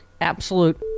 absolute